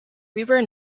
weber